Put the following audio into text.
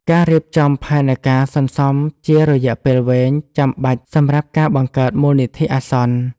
ការរៀបចំផែនការសន្សំជារយៈពេលវែងចាំបាច់សម្រាប់ការបង្កើតមូលនិធិអាសន្ន។